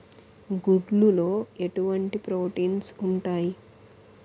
గుడ్లు లో ఎటువంటి ప్రోటీన్స్ ఉంటాయి?